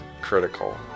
critical